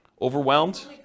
Overwhelmed